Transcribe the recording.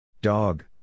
Dog